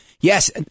Yes